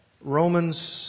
Romans